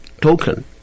token